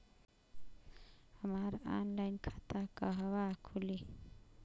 हमार ऑनलाइन खाता कहवा खुली?